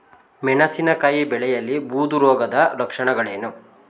ಮೆಣಸಿನಕಾಯಿ ಬೆಳೆಯಲ್ಲಿ ಬೂದು ರೋಗದ ಲಕ್ಷಣಗಳೇನು?